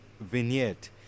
vignette